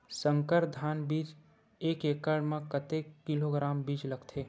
संकर धान बीज एक एकड़ म कतेक किलोग्राम बीज लगथे?